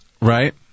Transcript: Right